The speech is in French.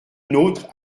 nôtre